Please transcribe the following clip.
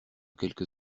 quelques